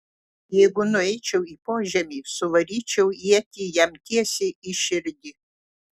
jeigu nueičiau į požemį suvaryčiau ietį jam tiesiai į širdį